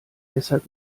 deshalb